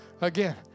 again